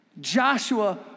Joshua